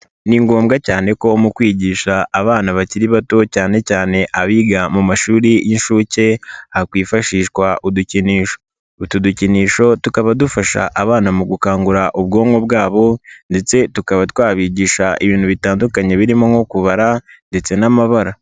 Ni ngombwa cyane ko mu kwigisha abana bakiri bato cyane cyane abiga mu mashuri y'inshuke hakwifashishwa udukinisho, utu dukinisho tukaba dufasha abana mu gukangura ubwonko bwabo ndetse tukaba twabigisha ibintu bitandukanye birimo nko kubara ndetse n'amabara.